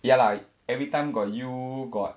ya lah every time got you got